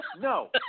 no